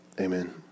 amen